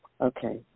Okay